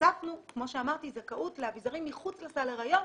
הוספנו כמו שאמרתי זכאות לאביזרים מחוץ לסל הריון.